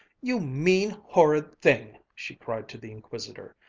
you mean, horrid thing! she cried to the inquisitor.